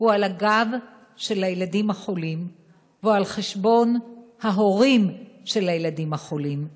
הוא על הגב של הילדים החולים והוא על חשבון ההורים של הילדים החולים.